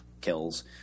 kills